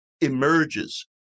emerges